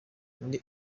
muli